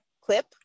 clip